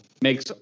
makes